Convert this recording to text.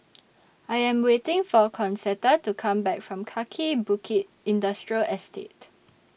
I Am waiting For Concetta to Come Back from Kaki Bukit Industrial Estate